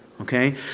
okay